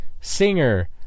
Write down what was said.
singer